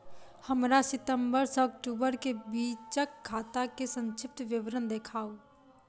हमरा सितम्बर सँ अक्टूबर केँ बीचक खाता केँ संक्षिप्त विवरण देखाऊ?